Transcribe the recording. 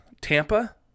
Tampa